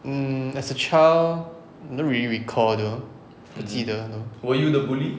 mm as a child I don't really recall though 不记得了